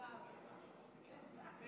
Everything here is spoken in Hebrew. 48